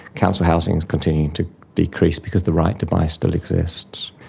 council housing has continued to decrease because the right to buy still exists,